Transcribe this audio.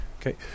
Okay